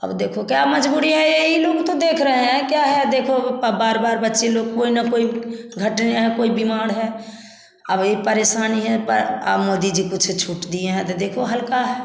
अब देखो क्या मजबूरी है यही लोग तो देख रहें हैं क्या है देखो पर बार बार बच्चे लोग कोई न कोई घटने है कोई बीमार है अब यह परेशानी है प अब मोदी जी कुछ छुट दिए हैं तो देखो हल्का है